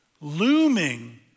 looming